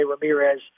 Ramirez